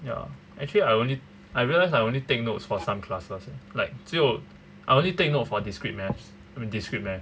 ya actually I only I realize I only take notes for some classes like 只有 I only take note for discrete math I mean discrete math